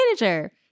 manager